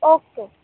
okay